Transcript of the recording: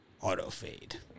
Auto-fade